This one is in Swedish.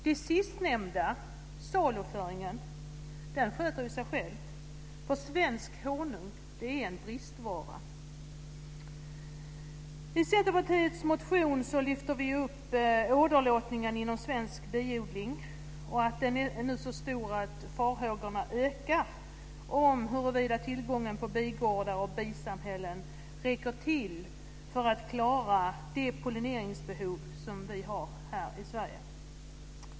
Det sistnämnda, saluföringen, sköter sig själv, för svensk honung är en bristvara. I Centerpartiets motion lyfter vi fram åderlåtningen inom svensk biodling. Den är nu så stor att farhågorna ökar för att tillgången på bigårdar och bisamhällen inte räcker till för att klara det pollineringsbehov som vi har här i Sverige.